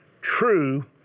true